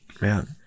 Man